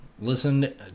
listen